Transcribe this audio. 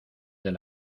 del